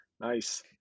Nice